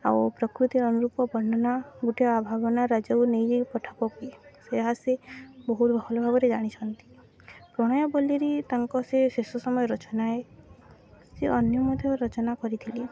ଆଉ ପ୍ରକୃତିର ଅନୁରୂପ ବର୍ଣ୍ଣନା ଗୋଟେ ଆ ଭାବନା ରାଜ୍ୟକୁ ନେଇଯାଇି ପଠା ପକି ସେହା ସିଏ ବହୁତ ଭଲ ଭାବରେ ଜାଣିଛନ୍ତି ପ୍ରଣୟବଲ୍ଲରୀ ତାଙ୍କ ସେ ଶେଷ ସମୟ ରଚନାଏ ସେ ଅନ୍ୟ ମଧ୍ୟ ରଚନା କରିଥିଲେ